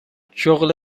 شغل